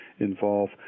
Involve